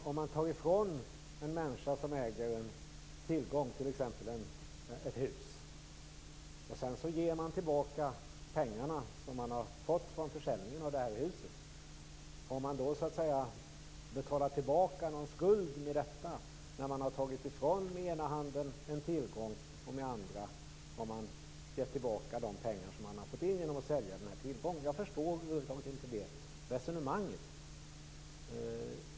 Om man tar ifrån en människa som äger en tillgång som t.ex. ett hus och sedan ger tillbaka de pengar som man har fått från försäljningen av huset, har man då betalat tillbaka någon skuld med detta, när man med ena handen har tagit en tillgång och med andra handen har gett tillbaka de pengar som man har fått in genom att sälja tillgången? Jag förstår över huvud taget inte det resonemanget.